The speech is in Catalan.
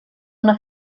una